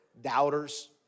doubters